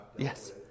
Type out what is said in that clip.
Yes